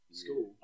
school